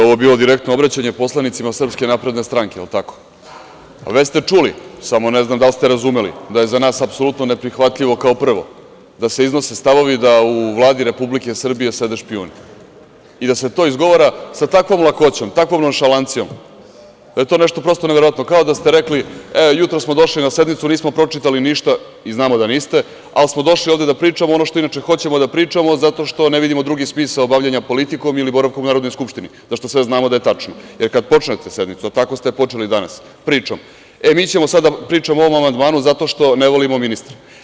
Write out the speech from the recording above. Pošto je ovo bilo direktno obraćanje poslanicima Srpske napredne stranke, jel tako, već ste čuli, samo ne znam da li ste razumeli da je za nas apsolutno neprihvatljivo, kao prvo, da se iznose stavovi da u Vladi Republike Srbije sede špijuni i da se to izgovara sa takvom lakoćom, takvom nonšalancijom, da je to nešto prosto neverovatno, kao da ste rekli – jutros smo došli na sednicu, a nismo pročitali ništa, i znamo da niste, ali smo došli da pričamo ono što inače hoćemo da pričamo zato što ne vidimo drugi smisao bavljenja politikom ili boravka u Narodnoj skupštini, za šta sve znamo da je tačno, jer kad počnete sednicu, a tako ste je počeli danas pričom – mi ćemo sad da pričamo o ovom amandmanu zato što ne volimo ministra.